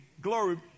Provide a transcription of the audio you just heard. Glory